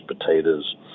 potatoes